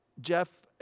Jeff